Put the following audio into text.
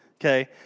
okay